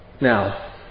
Now